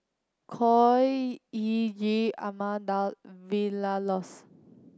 Khor Ee Ghee Ahmad Daud Vilma Laus